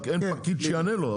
רק אין פקיד שיענה לו,